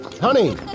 Honey